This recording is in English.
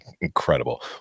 incredible